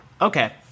Okay